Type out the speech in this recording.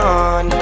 on